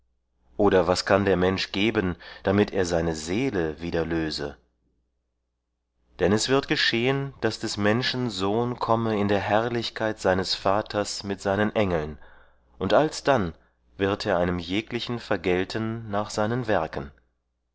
oder was kann der mensch geben damit er seine seele wieder löse denn es wird geschehen daß des menschen sohn komme in der herrlichkeit seines vaters mit seinen engeln und alsdann wird er einem jeglichen vergelten nach seinen werken